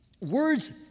Words